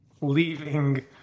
leaving